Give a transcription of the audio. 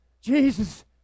Jesus